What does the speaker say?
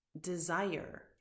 desire